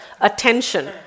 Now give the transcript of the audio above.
attention